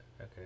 Okay